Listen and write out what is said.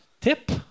tip